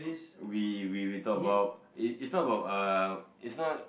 we we talk about it it's not about uh it's not